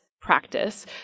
practice